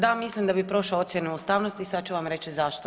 Da, mislim da bi prošao ocjenu ustavnosti, sad ću vam reći i zašto.